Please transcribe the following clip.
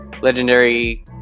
legendary